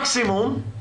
מקסמום,